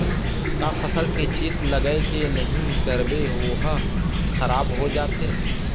का फसल के चेत लगय के नहीं करबे ओहा खराब हो जाथे?